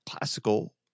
classical